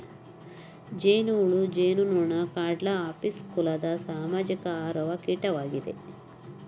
ಜೇನುಹುಳು ಜೇನುನೊಣ ಕ್ಲಾಡ್ನ ಅಪಿಸ್ ಕುಲದ ಸಾಮಾಜಿಕ ಹಾರುವ ಕೀಟವಾಗಿದೆ